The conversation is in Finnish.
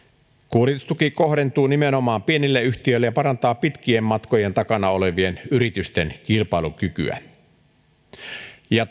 kuljetustuki kohdentuu nimenomaan pienille yhtiöille ja parantaa pitkien matkojen takana olevien yritysten kilpailukykyä ja